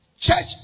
Church